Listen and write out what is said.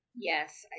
Yes